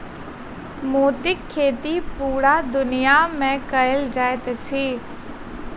मोतीक खेती पूरा दुनिया मे कयल जाइत अछि